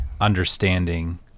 understanding